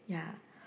ya